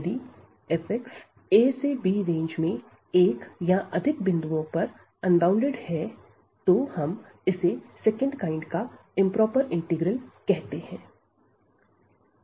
यदि f a से b range में एक या अधिक बिंदुओं पर अनबॉउंडेड है तो हम इसे सेकंड काइंड का इंप्रोपर इंटीग्रल कहते हैं